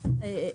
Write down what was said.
הארצי.